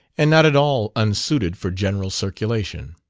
and not at all unsuited for general circulation.